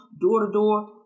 door-to-door